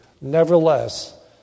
nevertheless